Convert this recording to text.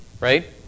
right